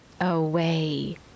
away